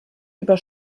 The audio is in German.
über